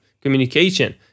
Communication